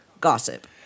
gossip